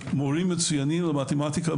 מורים מצוינים למתמטיקה,